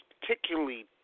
particularly